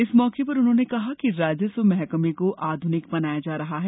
इस मौके पर उन्होंने कहा है कि राजस्व महकमें को आधुनिक बनाया जा रहा है